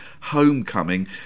Homecoming